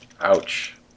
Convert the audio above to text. Ouch